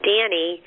Danny